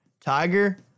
Tiger